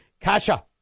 Kasha